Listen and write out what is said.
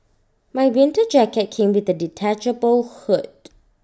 my winter jacket came with A detachable hood